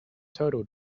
total